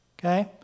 okay